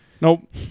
Nope